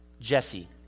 Jesse